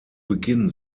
beginn